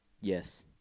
Yes